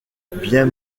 bien